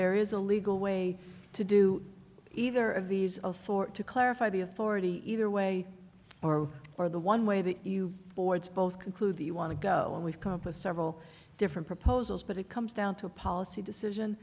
there is a legal way to do either of these of four to clarify the authority either way or for the one way the board's both concluded you want to go and we've come up with several different proposals but it comes down to a policy decision